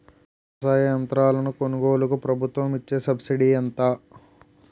వ్యవసాయ యంత్రాలను కొనుగోలుకు ప్రభుత్వం ఇచ్చే సబ్సిడీ ఎంత?